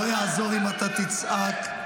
היי, לאט-לאט.